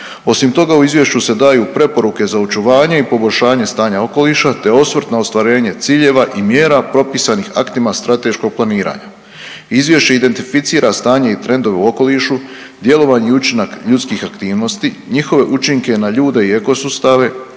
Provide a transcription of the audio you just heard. Osim toga u izvješću se daju preporuke za očuvanje i poboljšanje stanja okoliša te osvrt na ostvarenje ciljeva i mjera propisanih aktima strateškog planiranja. Izvješće identificira stanje i trendove u okolišu, djelovanje i učinak ljudskih aktivnosti, njihove učinke na ljude i eko sustave.